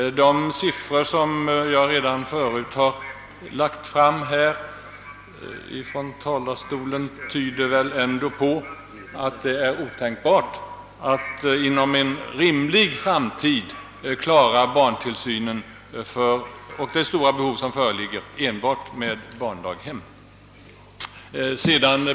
De siffror som jag redan förut har anfört här från talarstolen tyder väl ändå på att det är otänkbart att enbart med barndaghem inom rimlig tid klara det stora behov av barntillsyn som föreligger.